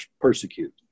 persecute